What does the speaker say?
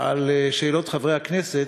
על שאלות חברי הכנסת,